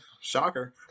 shocker